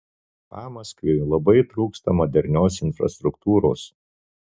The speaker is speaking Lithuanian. pamaskviui labai trūksta modernios infrastruktūros